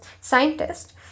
scientist